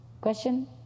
Question